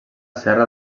serra